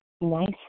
nice